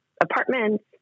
apartments